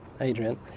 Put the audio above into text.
Adrian